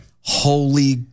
holy